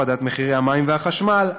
הורדת מחירי המים והחשמל,